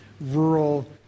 rural